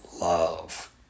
love